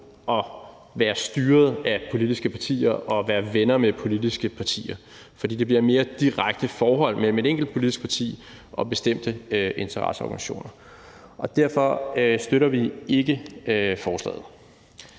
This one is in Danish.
at være styret af politiske partier og være venner med politiske partier, fordi det bliver et mere direkte forhold mellem et enkelt politisk parti og bestemte interesseorganisationer. Derfor støtter vi ikke forslaget.